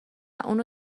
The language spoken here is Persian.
اونو